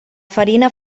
farina